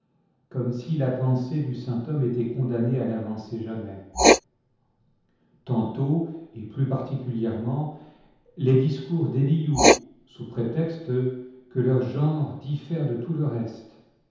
comme si la pensée du saint homme était condamnée à n'avancer jamais tantôt et plus particulièrement les discours d'éliu sous prétexte que leur genre diffère de tout le reste